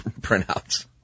printouts